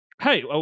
hey